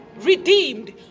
redeemed